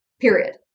period